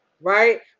right